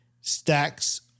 stacks